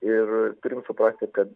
ir turim suprasti kad